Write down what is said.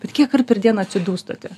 vat kiek kart per dieną atsidūstate